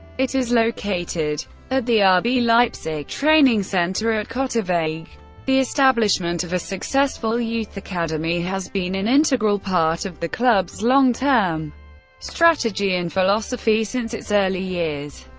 it is located at the ah rb leipzig training center at cottaweg. the establishment of a successful youth academy has been an integral part of the club's long term strategy and philosophy since its early years.